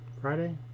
friday